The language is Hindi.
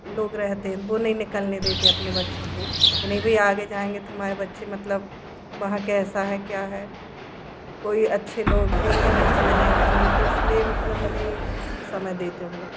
लोग रहते हैं तो नहीं निकलने देते अपने बच्चों को कि नहीं भाई आगे जाएँगे तो हमारे बच्चे मतलब वहाँ कैसा है क्या है कोई अच्छे लोग के बीच में है कि नहीं तो इसलिए मतलब नहीं समय देते उन लोग के लिए